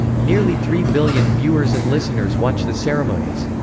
nearly three billion viewers and listeners watch the ceremonies.